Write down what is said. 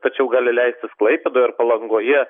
tačiau gali leistis klaipėdoj ar palangoje